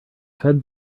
fed